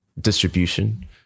distribution